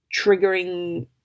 triggering